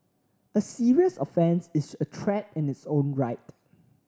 a serious offence is a threat in its own right